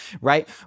right